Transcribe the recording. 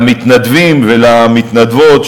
למתנדבים ולמתנדבות,